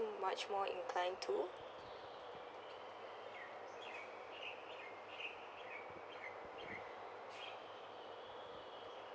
much more incline to